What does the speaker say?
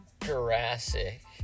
Jurassic